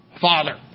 Father